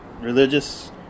religious